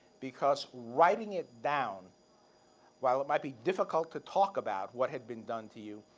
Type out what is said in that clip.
because writing it down while it might be difficult to talk about what had been done to you,